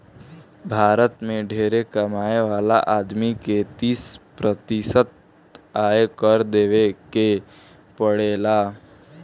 भारत में ढेरे कमाए वाला आदमी के तीस प्रतिशत आयकर देवे के पड़ेला